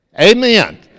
amen